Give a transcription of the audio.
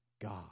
God